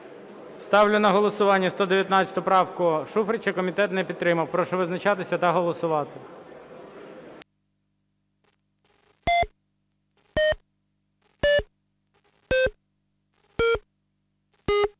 Ставлю на голосування 119 правку Шуфрича. Комітет не підтримав. Прошу визначатися та голосувати.